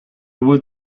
wood